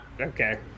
okay